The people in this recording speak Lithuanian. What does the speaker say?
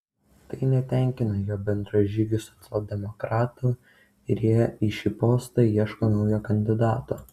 tai netenkina jo bendražygių socialdemokratų ir jie į šį postą ieško naujo kandidato